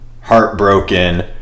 heartbroken